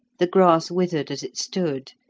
the grass withered as it stood,